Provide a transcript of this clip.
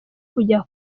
kujya